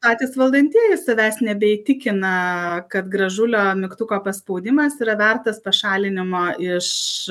patys valdantieji savęs nebeįtikina kad gražulio mygtuko paspaudimas yra vertas pašalinimo iš